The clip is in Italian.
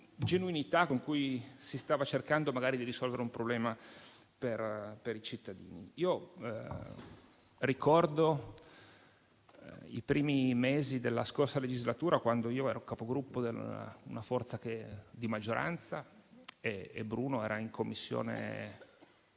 genuinità con cui si stava cercando magari di risolvere un problema per i cittadini. Ricordo i primi mesi della scorsa legislatura, quando ero Capogruppo di una forza di maggioranza e Bruno era in Commissione,